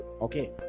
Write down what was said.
Okay